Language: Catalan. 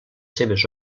seves